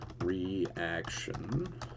Reaction